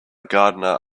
gardener